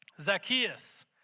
Zacchaeus